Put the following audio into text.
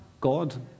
God